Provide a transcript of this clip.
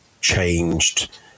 changed